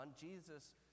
Jesus